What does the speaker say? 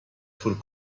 von